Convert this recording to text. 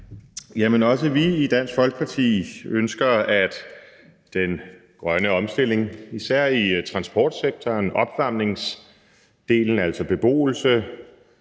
vi i Dansk Folkeparti ønsker, at den grønne omstilling i især transportsektoren og opvarmningsdelen, altså beboelse,